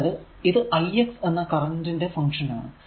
അതായതു ഇത് ix എന്ന കറന്റ് ന്റെ ഫങ്ക്ഷൻ ആണ്